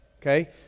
Okay